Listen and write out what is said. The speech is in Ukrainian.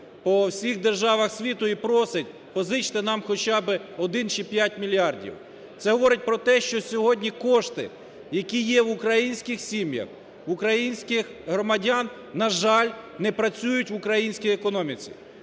по всіх державах світу і просить, позичте нам хоча б один чи п'ять мільярдів. Це говорить про те, що сьогодні кошти, які є в українських сім'ях, в українських громадян, на жаль, не працюють в українській економіці.